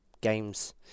games